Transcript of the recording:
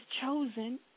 chosen